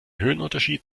höhenunterschied